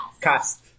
cast